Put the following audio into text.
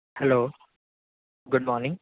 hello good morning